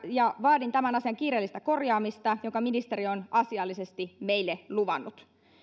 ja vaadin tämän asian kiireellistä korjaamista jonka ministeri on asiallisesti meille luvannut